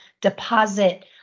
deposit